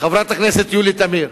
חברת הכנסת יולי תמיר,